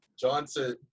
Johnson